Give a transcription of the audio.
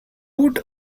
put